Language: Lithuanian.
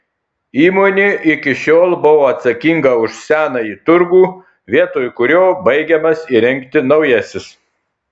įmonė iki šiol buvo atsakinga už senąjį turgų vietoj kurio baigiamas įrengti naujasis